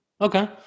Okay